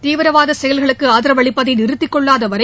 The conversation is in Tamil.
தீவிரவாத செயல்களுக்கு ஆதரவளிப்பதை நிறுத்திக் கொள்ளாத வரை